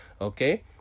Okay